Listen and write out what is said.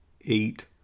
eight